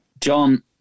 John